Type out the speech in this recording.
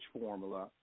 formula